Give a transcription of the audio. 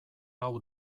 hau